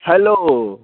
hello